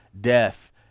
death